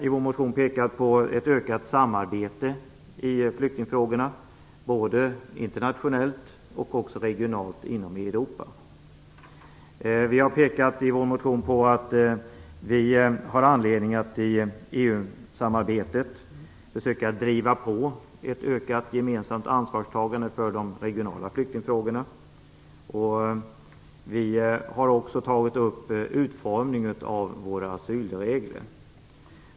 I vår motion har vi förordat ett ökat samarbete i flyktingfrågorna både internationellt och regionalt inom Europa. Vi har påpekat att det finns anledning att i EU-samarbetet försöka vara pådrivande för ett ökat gemensamt ansvarstagande när det gäller de regionala flyktingfrågorna. Vi har också tagit upp utformningen av asylreglerna.